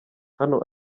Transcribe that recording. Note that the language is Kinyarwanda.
hano